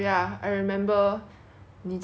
then like on saturday I was thinking